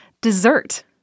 dessert